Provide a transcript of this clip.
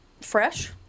fresh